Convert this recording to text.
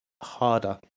harder